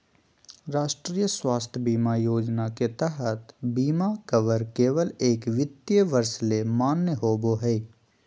राष्ट्रीय स्वास्थ्य बीमा योजना के तहत बीमा कवर केवल एक वित्तीय वर्ष ले मान्य होबो हय